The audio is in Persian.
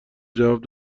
جواب